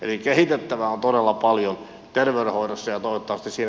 eli kehitettävää on todella paljon kerro asia totesi